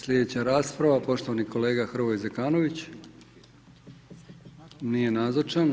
Slijedeća rasprava poštovani kolega Hrvoje Zekanović, nije nazočan.